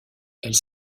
elles